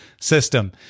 system